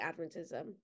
Adventism